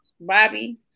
Bobby